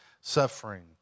suffering